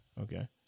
Okay